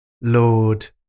Lord